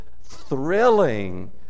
thrilling